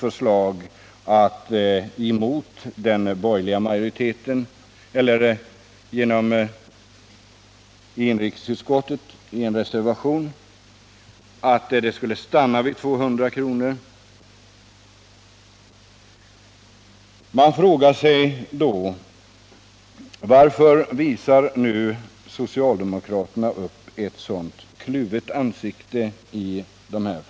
Man reserverade sig i inrikesutskottet mot den borgerliga majoriteten och föreslog att gränsen skulle sättas vid 200 kr. Man frågar sig varför socialdemokraterna har visat upp en sådan kluvenhet.